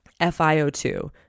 FiO2